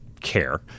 care